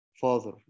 father